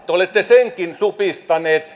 te olette supistaneet